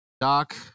Doc